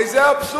הרי זה האבסורד.